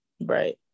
Right